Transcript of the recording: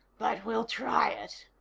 but we'll try it.